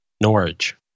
norwich